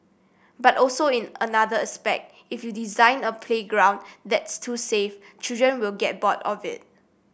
but also in another aspect if you design a playground that's too safe children will get bored of it